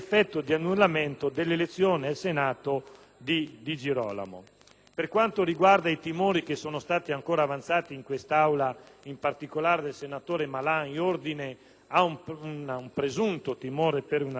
Per quanto riguarda i timori che sono stati espressi in quest'Aula, in particolare dal senatore Malan, in ordine ad un presunta ipotesi di arresto, innanzitutto segnalo che il Senato si è già pronunciato,